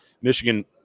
Michigan